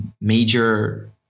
major